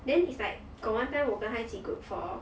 then is like got one time 我跟她一起 group for